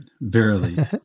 Verily